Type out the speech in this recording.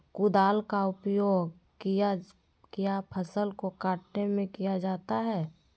कुदाल का उपयोग किया फसल को कटने में किया जाता हैं?